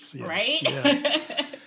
right